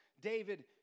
David